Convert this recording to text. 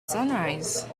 sunrise